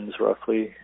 roughly